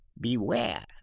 beware